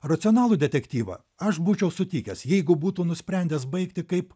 racionalų detektyvą aš būčiau sutikęs jeigu būtų nusprendęs baigti kaip